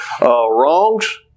wrongs